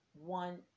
one